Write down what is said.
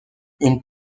une